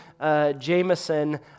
Jameson